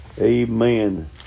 Amen